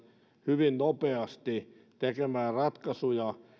hyvin nopeasti tekemään ratkaisuja